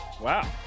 Wow